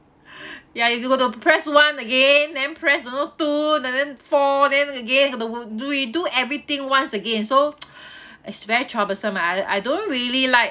ya you got to press one again then press you know two and then four then again we do everything once again so it's very troublesome ah I I don't really like